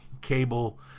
cable